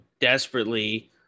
desperately